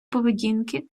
поведінки